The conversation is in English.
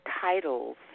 titles